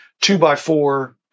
two-by-four